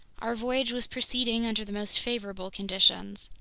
our voyage was proceeding under the most favorable conditions.